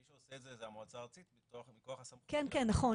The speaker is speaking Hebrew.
מי שעושה את זה זה המועצה הארצית מכוח הסמכות -- נכון,